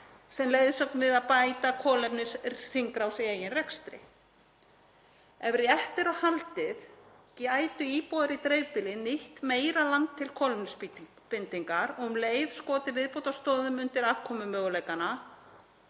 sem leiðsögn við að bæta kolefnishringrás í eigin rekstri. Ef rétt er á haldið gætu íbúar í dreifbýli nýtt meira land til kolefnisbindingar og um leið skotið viðbótarstoðum undir afkomumöguleikana